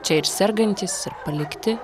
čia ir sergantys ir palikti